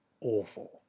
awful